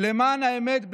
"למען האמת,